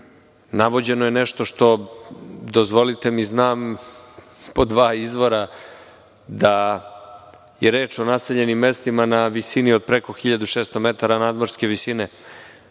navođeno je nešto što, dozvolite mi, znam po dva izvora da je reč o naseljenim mestima na visini od preko 1.600 metara nadmorske visine.